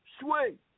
swing